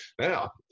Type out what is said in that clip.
Now